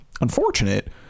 unfortunate